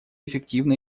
эффективно